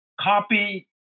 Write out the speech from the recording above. Copy